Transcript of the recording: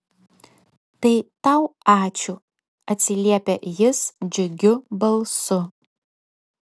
tai tau ačiū atsiliepia jis džiugiu balsu